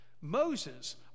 Moses